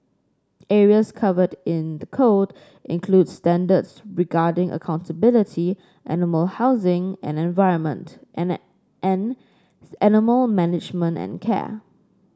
areas covered in the code include standards regarding accountability animal housing and environment and animal management and care